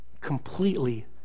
completely